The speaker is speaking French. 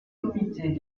comités